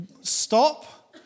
stop